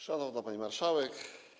Szanowna Pani Marszałek!